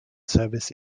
service